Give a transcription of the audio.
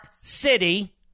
City